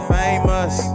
famous